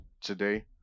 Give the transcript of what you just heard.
today